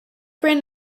brand